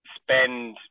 spend